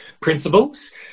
principles